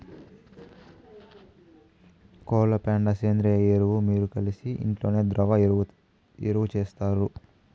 కోళ్ల పెండ సేంద్రియ ఎరువు మీరు కలిసి ఇంట్లోనే ద్రవ ఎరువు చేస్తారు